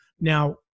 Now